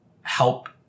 help